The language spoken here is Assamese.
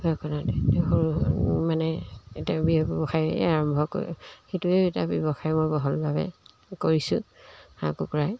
ঘৰখনতে সৰু মানে এতিয়া ব্যৱসায় আৰম্ভ কৰে সেইটোৱে এটা ব্যৱসায় মই বহলভাৱে কৰিছোঁ হাঁহ কুকুৰাই